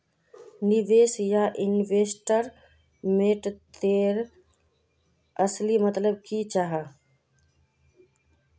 निवेश या इन्वेस्टमेंट तेर असली मतलब की जाहा?